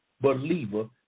believer